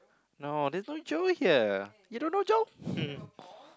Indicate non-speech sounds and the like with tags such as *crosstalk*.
no this one Joe her you don't know Joe *breath*